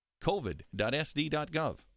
Covid.sd.gov